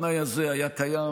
התנאי הזה היה קיים,